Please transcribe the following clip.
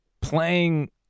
playing